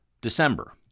December